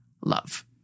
love